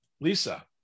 Lisa